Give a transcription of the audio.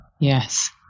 Yes